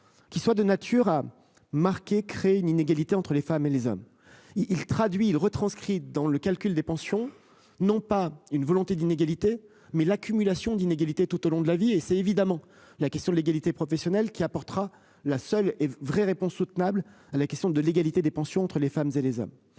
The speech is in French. qui soit de nature à marquer crée une inégalité entre les femmes et les hommes. Il traduit-il retranscrites dans le calcul des pensions. Non pas une volonté d'inégalités mais l'accumulation d'inégalités tout au long de la vie et c'est évidemment la question de l'égalité professionnelle qui apportera la seule et vraie réponse soutenable à la question de l'égalité des pensions entre les femmes et les hommes.